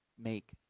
Make